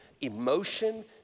emotion